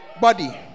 Body